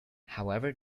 however